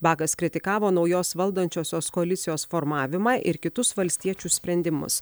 bakas kritikavo naujos valdančiosios koalicijos formavimą ir kitus valstiečių sprendimus